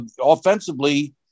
offensively